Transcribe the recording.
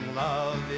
love